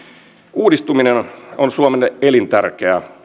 uudistuminen on suomelle elintärkeää